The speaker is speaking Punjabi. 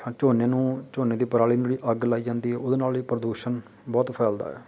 ਝੋਨੇ ਨੂੰ ਝੋਨੇ ਦੀ ਪਰਾਲੀ ਨੂੰ ਜਿਹੜੀ ਅੱਗ ਲਾਈ ਜਾਂਦੀ ਹੈ ਉਹਦੇ ਨਾਲ ਹੀ ਪ੍ਰਦੂਸ਼ਣ ਬਹੁਤ ਫੈਲਦਾ ਹੈ